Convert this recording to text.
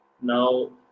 now